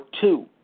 two